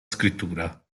scrittura